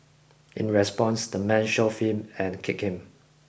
in response the man shoved him and kicked him